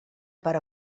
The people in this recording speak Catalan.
per